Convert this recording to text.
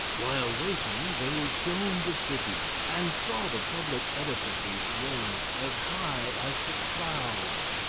while waiting they were shown the city, and saw the public edifices raised as high as the clouds,